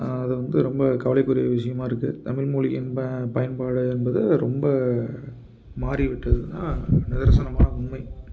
அது வந்து ரொம்ப கவலைக்குரிய விஷியமாக இருக்கு தமிழ்மொழியின் பயன்பாடு என்பது ரொம்ப மாறிவிட்டது என்பது தான் நிதர்சனமான உண்மை